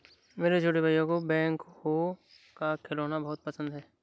मेरे छोटे भाइयों को बैकहो का खिलौना बहुत पसंद है